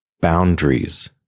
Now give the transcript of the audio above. boundaries